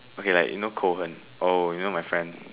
okay like you know Cohen oh you know my friend